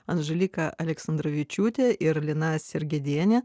andželika aleksandravičiūtė ir lina sirgedienė